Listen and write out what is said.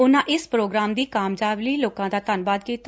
ਉਨਾ ਇਸ ਪ੍ਰੋਗਰਾਮ ਦੀ ਕਾਮਯਾਬੀ ਲਈ ਲੋਕਾ ਦਾ ਧੰਨਵਾਦ ਕੀਤਾ